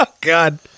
God